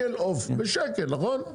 פעם מכרו בשקל עוף, בשקל, נכון?